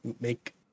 make